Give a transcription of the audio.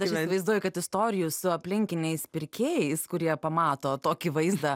aš įsivaizduoju kad istorijų su aplinkiniais pirkėjais kurie pamato tokį vaizdą